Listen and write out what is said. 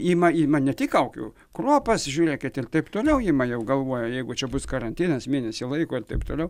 ima ima ne tik kaukių kruopas žiūrėkit ir taip toliau ima jau galvoja jeigu čia bus karantinas mėnesį laiko ir taip toliau